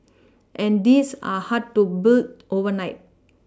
and these are hard to boo overnight